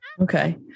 Okay